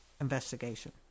investigation